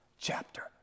chapter